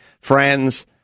friends